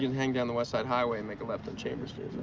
hang down the west side highway and make a left on chamber street.